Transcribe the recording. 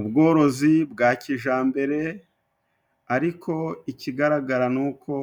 Ubworozi bwa kijambere, ariko ikigaragara ni uko